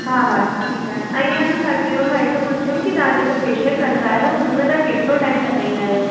हा ठीकु आहे ऐं आन छा चएबो आहे मां पुछुमि की तव्हां जेको फेशियल कंदा आहियो हुन में केतिरो टाईम लॻाईंदा आहियो